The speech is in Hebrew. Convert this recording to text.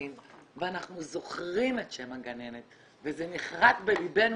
ואנחנו זוכרים את שם הגננת וזה נחרט בליבנו,